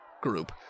group